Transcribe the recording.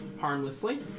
harmlessly